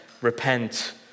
repent